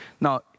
Now